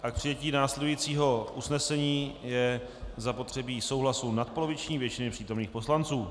K přijetí následujícího usnesení je zapotřebí souhlasu nadpoloviční většiny přítomných poslanců.